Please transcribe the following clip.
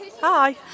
Hi